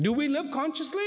do we love consciously